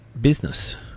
business